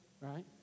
right